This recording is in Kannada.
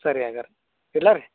ಸರಿ ಹಾಗಾರೆ ಇಡಲಾ ರೀ